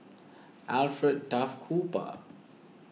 Alfred Duff Cooper